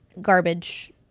garbage